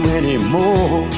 anymore